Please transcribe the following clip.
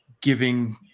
giving